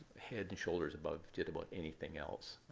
head and shoulders above did about anything else.